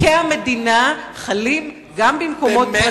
חוקי המדינה חלים גם במקומות פרטיים.